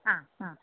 ആ ആ